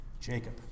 Jacob